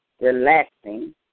relaxing